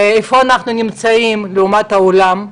איפה אנחנו נמצאים ביחס לעולם.